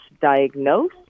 diagnose